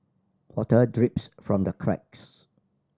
water drips from the cracks